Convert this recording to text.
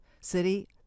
city